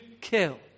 kill